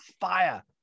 fire